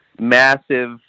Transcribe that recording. massive